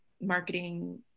marketing